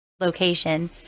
location